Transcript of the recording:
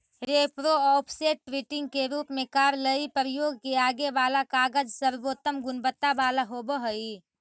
repro, offset, printing के रूप में कार्यालयीय प्रयोग में आगे वाला कागज सर्वोत्तम गुणवत्ता वाला होवऽ हई